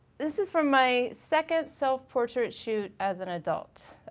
this is from my second self-portrait shoot as an adult.